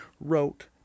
wrote